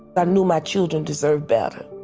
but knew my children deserved better.